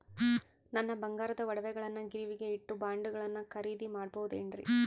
ನನ್ನ ಬಂಗಾರದ ಒಡವೆಗಳನ್ನ ಗಿರಿವಿಗೆ ಇಟ್ಟು ಬಾಂಡುಗಳನ್ನ ಖರೇದಿ ಮಾಡಬಹುದೇನ್ರಿ?